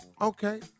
Okay